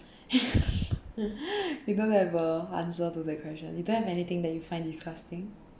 you don't have a answer to the question you don't have anything that you find disgusting